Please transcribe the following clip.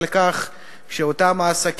טוב שאתה אומר